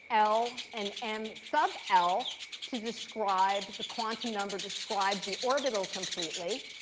l, and m sub l to describe the quantum number, describe the orbital completely.